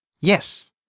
Yes